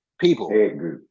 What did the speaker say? people